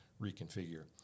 reconfigure